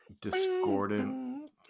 discordant